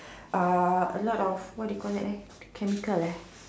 uh a lot of what you call that chemical eh